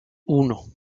uno